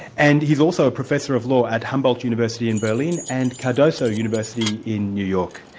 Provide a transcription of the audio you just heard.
and he's also a professor of law at humboldt university in berlin, and cardozo university in new york.